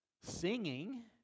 singing